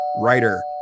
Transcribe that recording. Writer